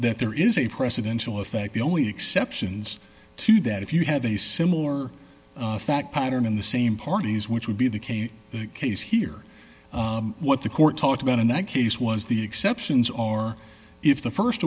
that there is a presidential effect the only exceptions to that if you have a similar fact pattern in the same parties which would be the case case here what the court talked about in that case was the exceptions or if the